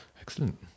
Excellent